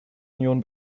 union